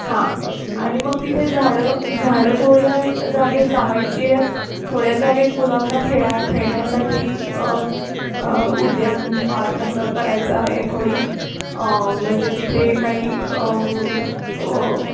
हां आणि मग तिथे झाडं झाडं थोड्या जागेत लावायचीत थोड्या जागेत मुलांना खेळा खेळण्यासाठी उद्यान पार्क असं करायचं आहे थोडी म्हणजे तिथे काही